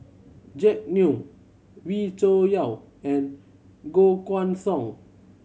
Jack Neo Wee Cho Yaw and Koh Guan Song